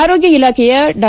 ಆರೋಗ್ಯ ಇಲಾಖೆಯ ಡಾ